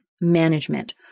management